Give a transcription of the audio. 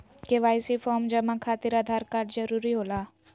KYC form जमा खातिर Aadhaar card जरूरी होला?